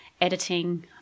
editing